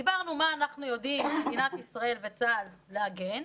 דיברנו מה אנחנו יודעים, מדינת ישראל וצה"ל, להגן,